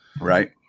right